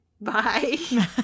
Bye